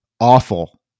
awful